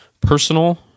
personal